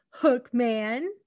Hookman